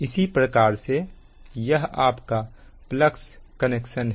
उसी प्रकार से यह आपका प्लस कनेक्शन है